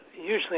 usually